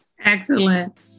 Excellent